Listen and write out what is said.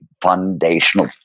foundational